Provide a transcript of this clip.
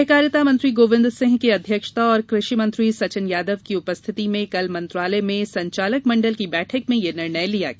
सहकारिता मंत्री गोविंद सिंह की अध्यक्षता और कृषि मंत्री सचिन यादव की उपस्थिति में कल मंत्रालय में संचालक मंडल की बैठक में यह निर्णय लिया गया